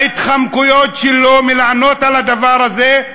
בהתחמקויות שלו מלענות על הדבר הזה,